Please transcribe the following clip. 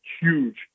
huge